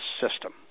system